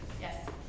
Yes